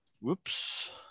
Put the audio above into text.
Whoops